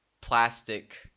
plastic